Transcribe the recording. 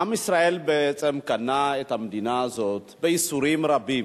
עם ישראל בעצם קנה את המדינה הזאת בייסורים רבים,